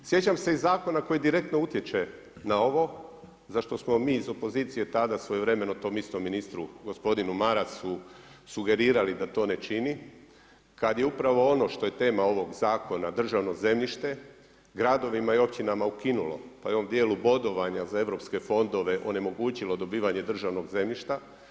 Sjećam se i zakona koji direktno utječe na ovo za što smo mi iz opozicije tada svojevremeno tom istom ministru gospodinu Marasu sugerirali da to ne čini kada je upravo ono što je tema ovog zakona državno zemljište, gradovima i općinama ukinulo pa i u ovom dijelu bodovanja za europske fondove onemogućilo dobivanje državnog zemljišta.